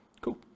Cool